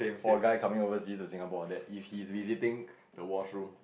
for a guy coming overseas to Singapore that if he's visiting the washroom